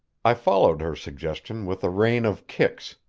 i followed her suggestion with a rain of kicks,